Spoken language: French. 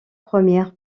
premières